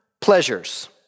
pleasures